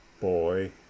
boy